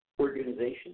organization